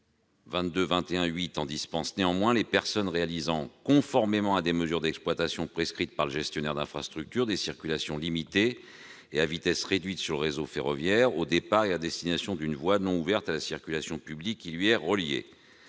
2221-8 dispense de cette obligation les personnes « réalisant, conformément à des mesures d'exploitation prescrites par le gestionnaire d'infrastructure, des circulations limitées et à vitesse réduite sur le réseau ferroviaire au départ et à destination d'une voie non ouverte à la circulation publique qui lui est reliée